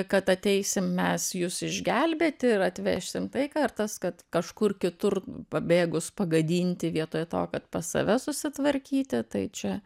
kad ateisim mes jus išgelbėti ir atvešim taiką ir tas kad kažkur kitur pabėgus pagadinti vietoj to kad pas save susitvarkyti tai čia